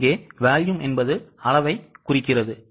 இங்கே volume என்பது அளவைக் குறிக்கிறது